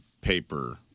paper